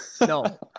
no